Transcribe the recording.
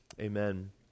Amen